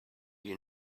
you